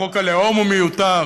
חוק הלאום הוא מיותר,